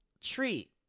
treat